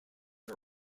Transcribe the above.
are